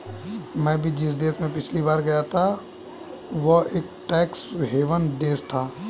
मैं भी जिस देश में पिछली बार गया था वह एक टैक्स हेवन देश था